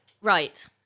Right